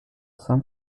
some